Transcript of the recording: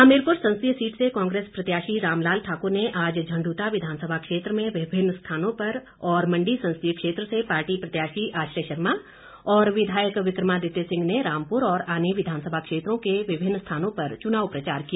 हमीरपुर संसदीय सीट से कांग्रेस प्रत्याशी रामलाल ठाकुर ने आज झंडुता विधानसभा क्षेत्र में विभिन्न स्थानों पर और मंडी संसदीय क्षेत्र से पार्टी प्रत्याशी आश्रय शर्मा और विधायक विक्रमादित्य सिंह ने रामपुर और आनी विधानसभा क्षेत्रों के विभिन्न स्थानों पर चुनाव प्रचार किया